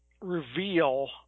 reveal